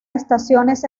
estaciones